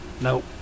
Nope